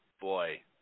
Boy